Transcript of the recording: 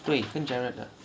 对跟 gerald 的